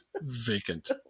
vacant